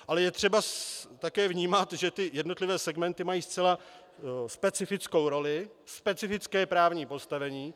Ale je třeba také vnímat, že ty jednotlivé segmenty mají zcela specifickou roli, specifické právní postavení.